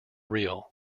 real